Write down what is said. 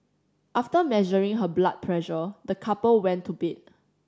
after measuring her blood pressure the couple went to bed